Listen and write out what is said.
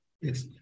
Yes